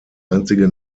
einzige